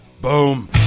Boom